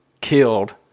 killed